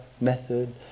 method